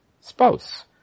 spouse